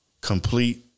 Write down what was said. complete